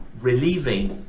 relieving